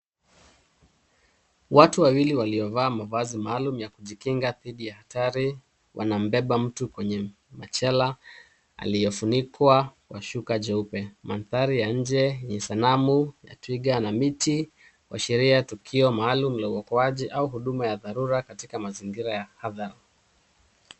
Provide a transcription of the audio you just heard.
Watu wawili walio vaa mavazi maalum yakujikinga dhidi ya hatari wanambeba mtu kwenye machela anafunikwa kwa shuka jeupe. Mandhari ya nje ni sanamu ya twiga na miti kuashiria tukio maalum ya uokoaji au dharura maalum yaku okoa katika mazingira ya hadhara.